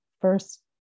First